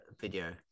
video